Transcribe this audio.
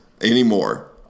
anymore